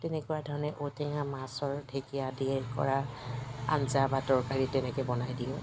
তেনেকুৱা ধৰণে ঔটেঙা মাছৰ ঢেকীয়া দি এনেকুৱা ধৰা আঞ্জা বা তৰকাৰী তেনেকৈ বনাই দিওঁ